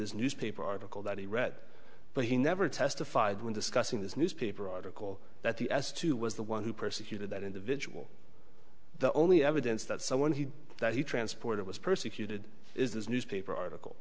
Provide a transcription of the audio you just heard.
this newspaper article that he read but he never testified when discussing this newspaper article that the s two was the one who persecuted that individual the only evidence that someone he that he transported was persecuted is this newspaper article